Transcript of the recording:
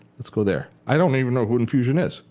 let's go there. i don't even know who infusion is.